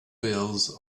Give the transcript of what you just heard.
bills